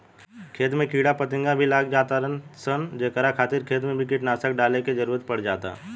खेत में कीड़ा फतिंगा भी लाग जातार सन जेकरा खातिर खेत मे भी कीटनाशक डाले के जरुरत पड़ जाता